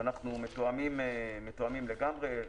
ואנחנו מתואמים לגמרי.